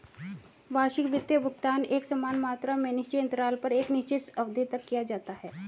वार्षिक वित्त भुगतान एकसमान मात्रा में निश्चित अन्तराल पर एक निश्चित अवधि तक किया जाता है